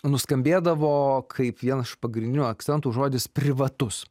nuskambėdavo kaip vienas iš pagrindinių akcentų žodis privatus